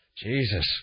Jesus